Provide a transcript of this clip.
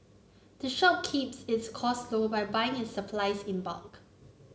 the shop keeps its cost low by buying it supplies in bulk